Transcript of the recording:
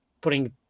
putting